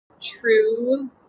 true